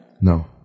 No